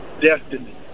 destiny